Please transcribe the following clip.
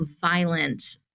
violent